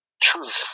choose